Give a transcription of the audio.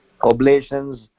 oblations